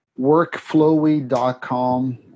workflowy.com